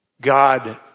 God